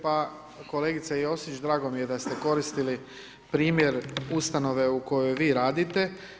Pa kolegice Josić, drago mi je da ste koristili primjer ustanove u kojoj vi radite.